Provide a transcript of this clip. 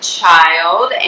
child